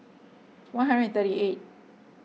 one hundred and thirty eight